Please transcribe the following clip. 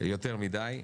ליותר מדי.